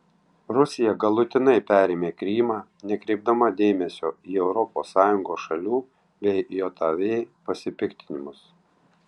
rusija galutinai perėmė krymą nekreipdama dėmesio į europos sąjungos šalių bei jav pasipiktinimus